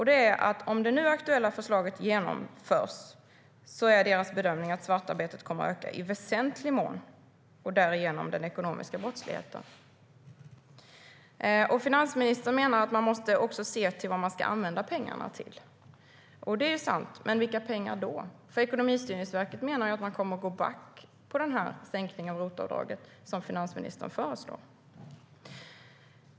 De säger: "Om det nu aktuella förslaget genomförs innebär detta . att svartarbetet kommer att öka i väsentlig mån och därigenom den ekonomiska brottsligheten." Finansministern menar att man också måste se på vad man ska använda pengarna till. Det är sant. Men vilka pengar är det? Ekonomistyrningsverket menar ju att man kommer att gå back genom den sänkning av ROT-avdraget som finansministern föreslår.